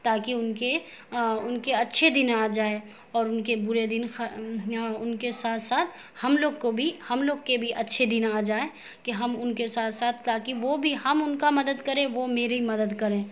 تاکہ ان کے ان کے اچھے دن آ جائے اور ان کے برے دن ان کے ساتھ ساتھ ہم لوگ کو بھی ہم لوگ کے بھی اچھے دن آ جائیں کہ ہم ان کے ساتھ ساتھ تاکہ وہ بھی ہم ان کا مدد کریں وہ میری مدد کریں